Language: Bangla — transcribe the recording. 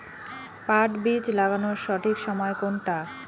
পাট বীজ লাগানোর সঠিক সময় কোনটা?